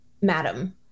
madam